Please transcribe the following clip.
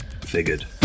Figured